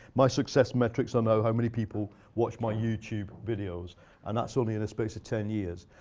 my success metrics, i know how many people watch my youtube videos. and that's only in the space of ten years.